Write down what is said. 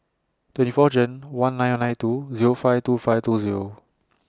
twenty four June one nine nine two Zero five two five two Zero